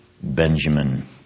Benjamin